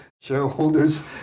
shareholders